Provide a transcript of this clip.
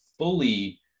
Fully